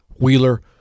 Wheeler